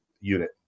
unit